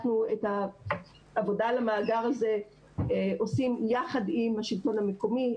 אנחנו את העבודה על המאגר הזה עושים יחד עם השלטון המקומי.